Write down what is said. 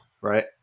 right